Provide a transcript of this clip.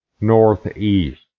northeast